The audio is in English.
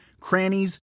crannies